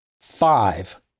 Five